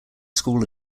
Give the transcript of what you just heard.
school